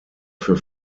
für